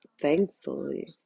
thankfully